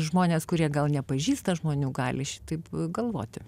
žmonės kurie gal nepažįsta žmonių gali šitaip galvoti